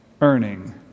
earning